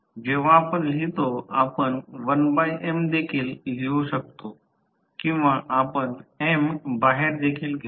जेव्हा आपण लिहितो आपण 1M देखील लिहू शकतो किंवा आपण M बाहेर देखील घेतो